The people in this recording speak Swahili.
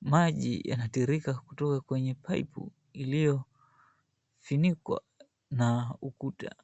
maji yanatirika kutoka kwenye paipu iliyofunikwa na ukuta.